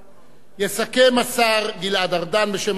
יסכם השר גלעד ארדן בשם הממשלה,